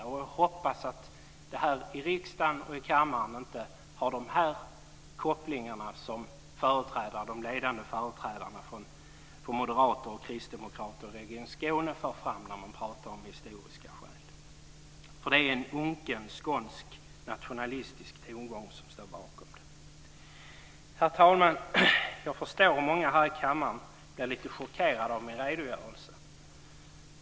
Jag hoppas att det här i riksdagen och i kammaren inte finns de kopplingar som de ledande företrädarna för Moderaterna och Kristdemokraterna i Region Skåne för fram när man talar om historiska skäl. Det är en unken skånsk nationalistisk tongång som står bakom det. Herr talman! Jag förstår om många här i kammaren blir lite chockerade av min redogörelse.